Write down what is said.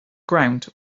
ground